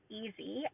easy